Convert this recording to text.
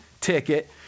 ticket